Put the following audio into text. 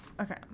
Okay